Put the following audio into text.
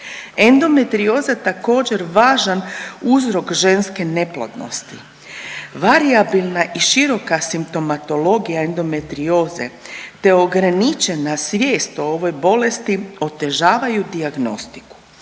Endometrioza je također važan uzrok ženske neplodnosti. Varijabilna i široka simptomatologija endometrioze, te ograničena svijest o ovoj bolesti otežavaju dijagnostiku.